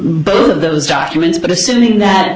model of those documents but assuming that